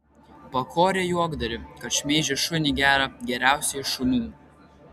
pakorė juokdarį kad šmeižė šunį gerą geriausią iš šunų